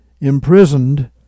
imprisoned